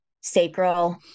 sacral